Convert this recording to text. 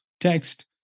text